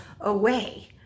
away